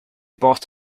bought